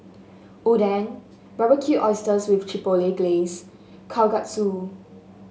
Oden Barbecued Oysters with Chipotle Glaze Kalguksu